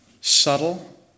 Subtle